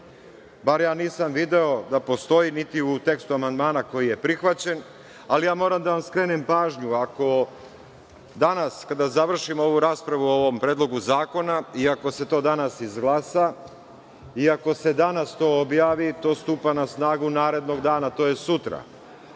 barem nisam video da postoji, niti u tekstu amandmana koji je prihvaćen, ali moram da skrenem pažnju. Ako danas kada završimo ovu raspravu o ovom predlogu zakona i ako se to danas izglasa i ako se danas to objavi, to stupa na snagu narednog dana, tj. sutra.